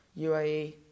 UAE